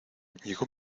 llego